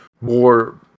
more